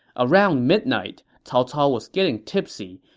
around midnight, cao cao was getting tipsy,